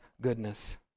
goodness